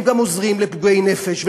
הם גם עוזרים לפגועי נפש,